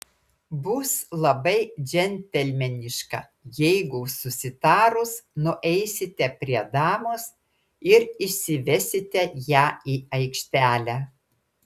bus labai džentelmeniška jeigu susitarus nueisite prie damos ir išsivesite ją į aikštelę